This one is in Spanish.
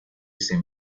ese